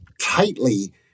tightly